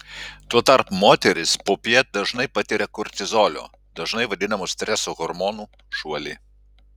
tuo tarpu moterys popiet dažnai patiria kortizolio dažnai vadinamo streso hormonu šuolį